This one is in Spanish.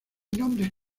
nombres